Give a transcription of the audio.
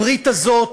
הברית הזאת,